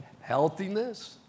Healthiness